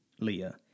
Leah